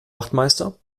wachtmeister